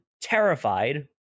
terrified